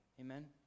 Amen